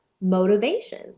motivation